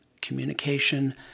communication